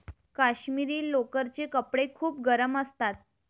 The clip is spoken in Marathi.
काश्मिरी लोकरचे कपडे खूप गरम असतात